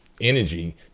Energy